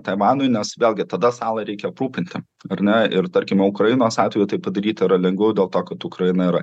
taivanui nes vėlgi tada salą reikia aprūpinti ar ne ir tarkime ukrainos atveju tai padaryti yra lengviau dėl to kad ukraina yra